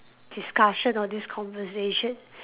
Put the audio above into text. discussion or this conversation